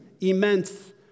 immense